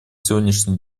сегодняшний